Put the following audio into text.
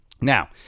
Now